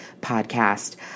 podcast